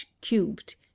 cubed